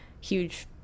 huge